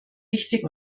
wichtig